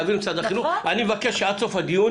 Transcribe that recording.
אני מבקש שעד סוף הדיון